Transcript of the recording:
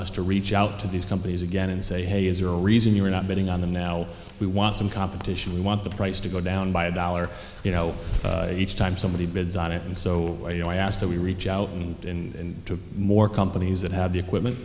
us to reach out to these companies again and say hey is there a reason you are not bidding on them now we want some competition we want the price to go down by a dollar you know each time somebody bids on it and so you know i asked that we reach out and in to more companies that have the equipment